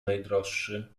najdroższy